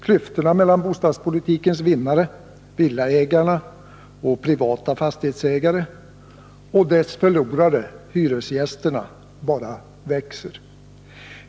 Klyftorna mellan bostadspolitikens vinnare — villaägare och privata fastighetsägare — och dess förlorare — hyresgästerna — bara växer.